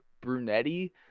Brunetti